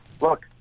Look